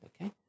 Okay